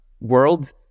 world